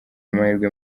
amahirwe